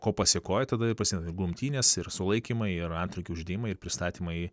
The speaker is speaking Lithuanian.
ko pasėkoj tada ir prasideda ir grumtynės ir sulaikymai ir antrankių uždėjimai ir pristatymai